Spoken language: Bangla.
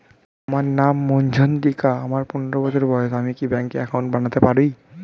আমার নাম মজ্ঝন্তিকা, আমার পনেরো বছর বয়স, আমি কি ব্যঙ্কে একাউন্ট বানাতে পারি?